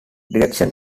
direction